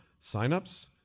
signups